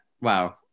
wow